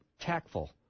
tactful